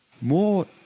more